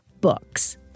books